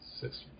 six